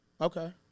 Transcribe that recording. Okay